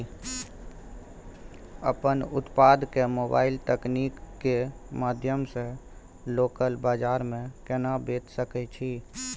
अपन उत्पाद के मोबाइल तकनीक के माध्यम से लोकल बाजार में केना बेच सकै छी?